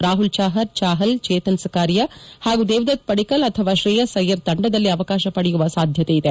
ರಾಹುಲ್ ಛಾಹರ್ ಚಾಹಲ್ ಚೇತನ್ ಸಕಾರಿಯಾ ಹಾಗೂ ದೇವದತ್ ಪಡಿಕ್ಕಲ್ ಅಥವಾ ಶೈೕಯಸ್ ಐಯ್ಯರ್ ತಂಡದಲ್ಲಿ ಅವಕಾಶ ಪಡೆಯುವ ಸಾಧ್ಯತೆಯಿದೆ